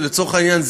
לצורך העניין,